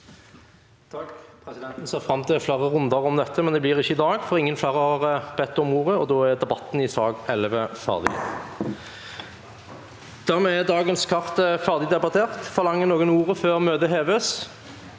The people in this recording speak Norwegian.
Dermed er dagens kart ferdig debattert. Forlanger noen ordet før møtet heves? – Møtet er hevet.